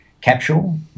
capsule